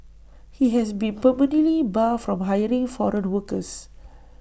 he has been permanently barred from hiring foreign workers